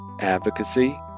advocacy